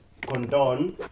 condone